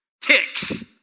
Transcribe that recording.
Ticks